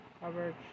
coverage